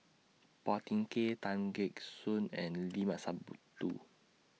Phua Thin Kiay Tan Gek Suan and Limat Sabtu